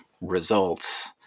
results